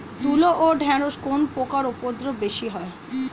তুলো ও ঢেঁড়সে কোন পোকার উপদ্রব বেশি হয়?